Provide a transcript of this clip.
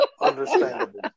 Understandable